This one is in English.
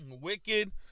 Wicked